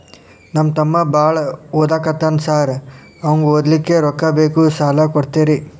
ನಮ್ಮ ತಮ್ಮ ಬಾಳ ಓದಾಕತ್ತನ ಸಾರ್ ಅವಂಗ ಓದ್ಲಿಕ್ಕೆ ರೊಕ್ಕ ಬೇಕು ಸಾಲ ಕೊಡ್ತೇರಿ?